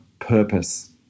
purpose